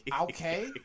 Okay